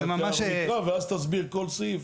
זה ממש --- ואנחנו נקרא ואז תסביר כל סעיף.